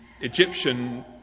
Egyptian